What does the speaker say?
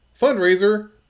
Fundraiser